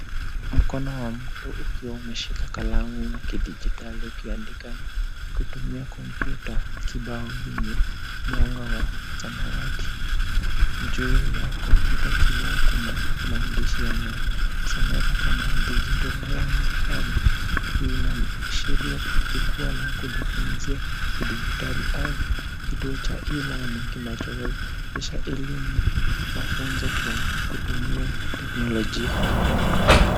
Mkono wa mtu ukiwa umeshika kalamu ya kidijitali ukiandika kutumia kompyuta kibao yenye mwanga wa samawati. Juu ya kompyuta kibao kuna maandishi yanayosomeka kama digital learning hub ina sheria jukwa la kujifunzia kidijitali au kituo cha e learning kinachowezesha elimu mafunzo kwa kutumia teknolojia.